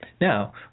Now